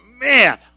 man